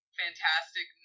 fantastic